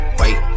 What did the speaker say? wait